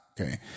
okay